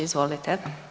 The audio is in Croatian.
Izvolite.